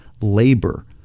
labor